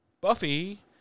Buffy